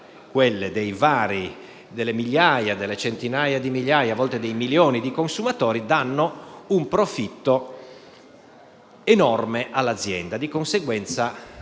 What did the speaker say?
quelle delle varie migliaia, centinaia di migliaia o, a volte, milioni di consumatori danno un profitto enorme all'azienda. Di conseguenza,